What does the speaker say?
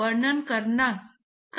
यह पाइप नहीं है